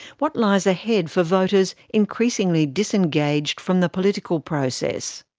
what lies ahead for voters increasingly disengaged from the political process?